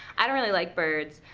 i don't really like birds,